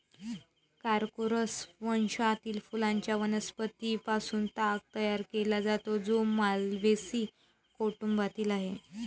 Corchorus वंशातील फुलांच्या वनस्पतीं पासून ताग तयार केला जातो, जो माल्व्हेसी कुटुंबातील आहे